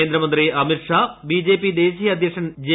കേന്ദ്രമന്ത്രി അമിത് ഷാ ബിജെപി ദേശീയ അദ്ധ്യക്ഷൻ ജെ